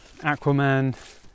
Aquaman